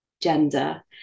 gender